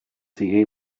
see